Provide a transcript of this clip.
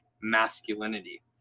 masculinity